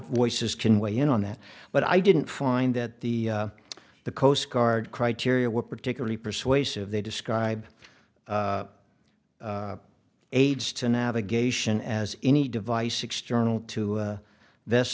voices can weigh in on that but i didn't find that the the coast guard criteria were particularly persuasive they describe aids to navigation as any device external to this